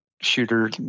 shooter